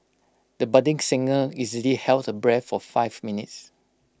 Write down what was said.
the budding singer easily held her breath for five minutes